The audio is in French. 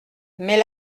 mais